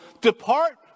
depart